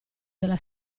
della